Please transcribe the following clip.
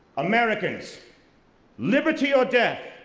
american's liberty or death,